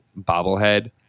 bobblehead